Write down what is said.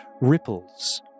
ripples